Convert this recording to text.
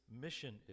mission